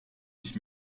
ich